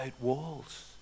walls